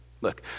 Look